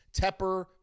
Tepper